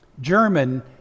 German